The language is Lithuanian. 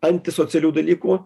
antisocialių dalykų